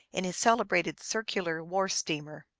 in his celebrated circular war steamer.